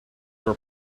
were